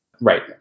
Right